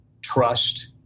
trust